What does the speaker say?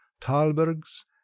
Talberg's